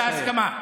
זה בהסכמה,